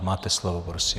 Máte slovo prosím.